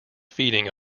feeding